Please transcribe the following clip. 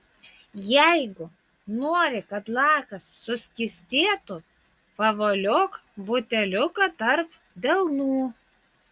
jeigu nori kad lakas suskystėtų pavoliok buteliuką tarp delnų